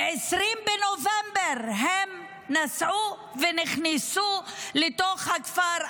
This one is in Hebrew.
ב-20 בנובמבר הם נסעו ונכנסו לתוך הכפר,